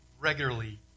regularly